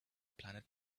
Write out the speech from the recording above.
planet